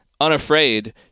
unafraid